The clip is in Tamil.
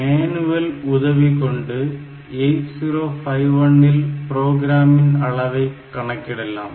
மேனுவல் உதவி கொண்டு 8051 இல் ப்ரோக்ராமின் அளவை கணக்கிடலாம்